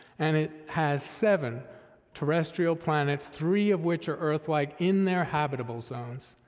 and it has seven terrestrial planets, three of which are earth-like in their habitable zones,